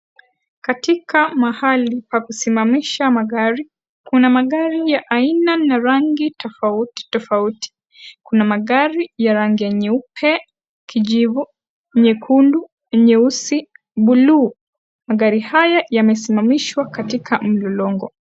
Katika mahali pa kusimamisha magari kuna magari ya aina na rangi tofauti tofauti . Kuna magari ya rangi ya nyeupe , kijivu , nyekundu , nyeusi , buluu . Magari haya yamesimamishwa katika mlolongo.